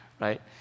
right